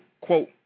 quote